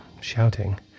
shouting